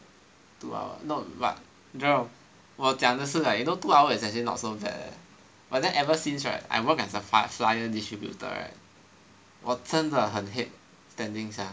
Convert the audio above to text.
two hour no but Jerome 我讲的是 you know two hours is actually not so bad eh but then ever since right I work as a flyer distributor right 我真的很 hate standing sia